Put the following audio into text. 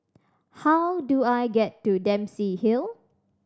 how do I get to Dempsey Hill